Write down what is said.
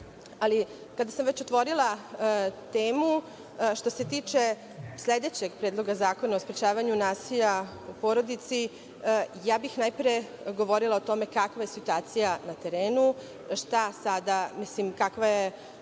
kada sam već otvorila temu, što se tiče sledećeg Predlog zakona o sprečavanju nasilja u porodici, ja bih najpre govorila o tome kakva je situacija na terenu, kakva je